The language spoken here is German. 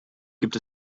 gibt